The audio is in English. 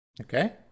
Okay